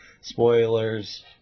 spoilers